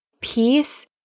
peace